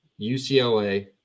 UCLA